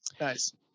Nice